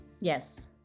yes